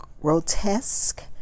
grotesque